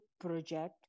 project